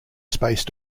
space